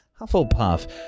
Hufflepuff